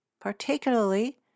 particularly